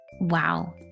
Wow